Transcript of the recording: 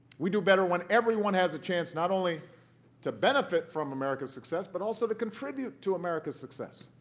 we do better when everyone has a chance not only to benefit from america's success, but also to contribute to america's success.